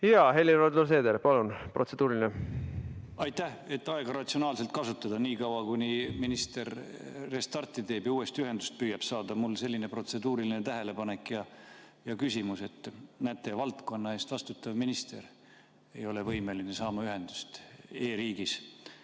vaid lausa eelmise punktiga uuesti. Aitäh! Et aega ratsionaalselt kasutada, niikaua kuni minister restarti teeb ja uuesti ühendust püüab saada, on mul selline protseduuriline tähelepanek ja küsimus. Näete, valdkonna eest vastutav minister ei ole võimeline saama ühendust e‑riigis.